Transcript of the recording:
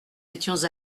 étions